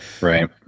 Right